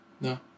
no